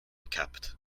kept